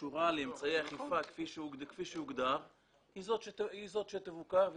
שקשורים לאמצעי אכיפה כפי שהוגדר הם אלה שיבוקרו.